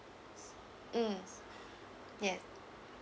mm yes